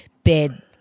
bed